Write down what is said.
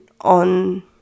on